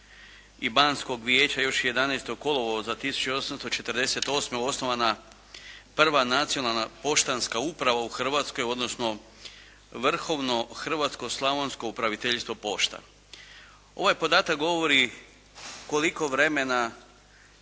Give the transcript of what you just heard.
i Banskog vijeća još 11. kolovoza 1848. osnovana prva nacionalna poštanska uprava u Hrvatskoj, odnosno Vrhovno hrvatsko-slavonsko upraviteljstvo pošta. Ovaj podatak govori koliko vremena